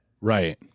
Right